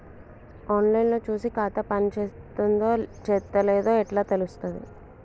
On line లో చూసి ఖాతా పనిచేత్తందో చేత్తలేదో ఎట్లా తెలుత్తది?